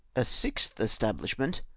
a sixth estabhshment,